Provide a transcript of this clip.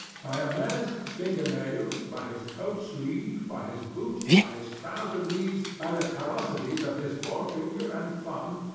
by a man's finger nails, by his coat-sleeve, by his boot, by his trouser knees, by the callosities of his forefinger and thumb,